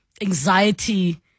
anxiety